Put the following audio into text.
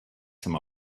some